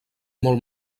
molt